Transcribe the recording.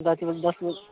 दस दस